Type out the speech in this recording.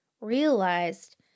realized